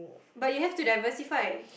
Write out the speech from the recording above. but you have to diversify